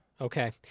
Okay